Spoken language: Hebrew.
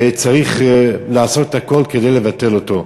וצריך לעשות הכול כדי לבטל אותו.